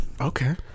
Okay